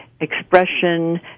expression